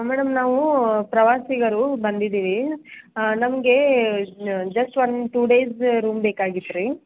madam ನಾವು ಪ್ರವಾಸಿಗರು ಬಂದಿದ್ದೀವಿ ನಮಗೆ just one two days room ಬೇಕಾಗಿತ್ತು ರೀ